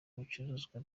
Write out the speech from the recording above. ibicuruzwa